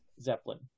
zeppelin